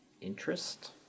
interest